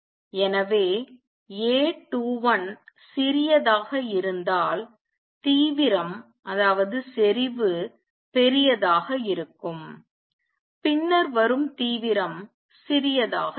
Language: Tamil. எனவே A21 சிறியதாக இருந்தால் தீவிரம் செறிவு பெரியதாக இருக்கும் பின்னர் வரும் தீவிரம் சிறியதாக இருக்கும்